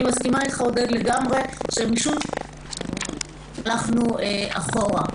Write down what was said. אני מסכימה איתך לגמרי, עודד, שפשוט הלכנו אחורה.